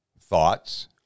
thoughts